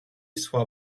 სხვა